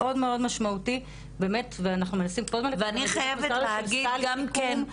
מאוד משמעותי באמת ואנחנו מנסים כל הזמן ואני חייבת להגיד גם כן,